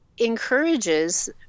encourages